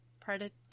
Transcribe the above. Predator